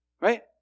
Right